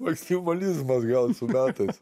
maksimalizmas gal su metais